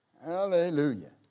Hallelujah